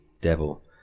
devil